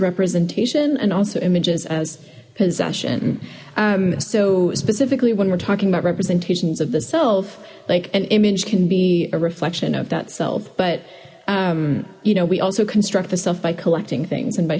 representation and also images as possession so specifically when we're talking about representations of the self like an image can be a reflection of that self but you know we also construct the self by collecting things and by